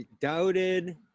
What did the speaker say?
doubted